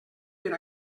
per